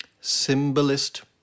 symbolist